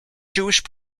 jewish